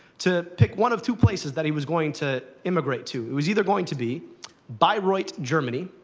to pick one of two places that he was going to immigrate to. it was either going to be bairoit, germany,